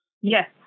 Yes